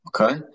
okay